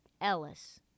Ellis